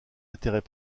intérêt